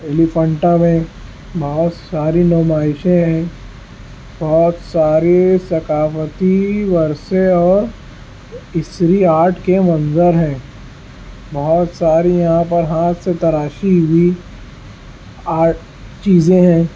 ایلیفنٹا میں بہت ساری نمائشیں ہیں بہت سارے ثقافتی ورثے اور عصری آرٹ کے منظر ہیں بہت ساری یہاں پر ہاتھ سے تراشی ہوئی آرٹ چیزیں ہیں